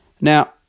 Now